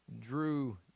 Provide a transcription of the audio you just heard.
drew